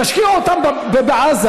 תשקיעו אותם בעזה.